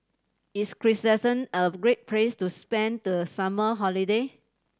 is Kyrgyzstan a great place to spend the summer holiday